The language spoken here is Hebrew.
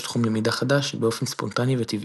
תחום למידה חדש באופן ספונטני וטבעי.